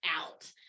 out